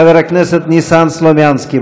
חבר הכנסת ניסן סלומינסקי.